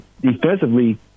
defensively